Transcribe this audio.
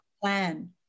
plan